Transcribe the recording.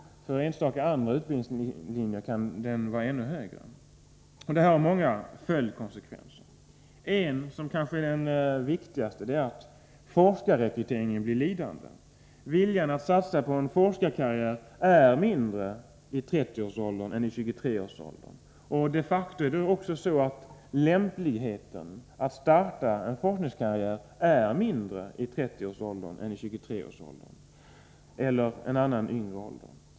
För andra enstaka utbildningslinjer kan den vara ännu högre. Detta har många konsekvenser. Den kanske viktigaste är att forskarrekryteringen blir lidande. Viljan att satsa på en forskarkarriär är mindre i 30-årsåldern än i 23-årsåldern. De facto är det också så att lämpligheten att starta en forskarkarriär är mindre i 30-årsåldern än i 23-årsåldern eller i ännu lägre ålder.